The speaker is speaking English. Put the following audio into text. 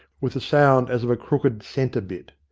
with a sound as of a crooked centre-bit.